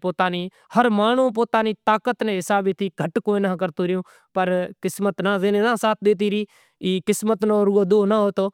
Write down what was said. پھولاں وری واڈھاں دھوئی وڑی چماٹا راکھاں مٹر ہوئے تو مٹر ناں پھولے راکھاں وری مرساں راکھاں ادرک ہوئے تو ادرک واڈھاں میتھی ہوئے تو تھوڑی میتھی راکھاں مشالاں نی راکھے پسے شاگ ٹھی زاشے وری کو بریانی لاوے تو او کراں تڑکے ماں راکھاں وڑی مرساں راکھاں وری شیکی راکھاں